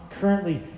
currently